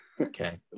Okay